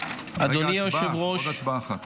חג השבועות,